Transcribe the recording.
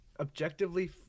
objectively